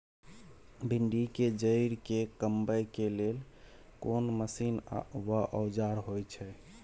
भिंडी के जईर के कमबै के लेल कोन मसीन व औजार होय छै?